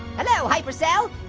hello, hypercell.